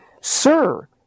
Sir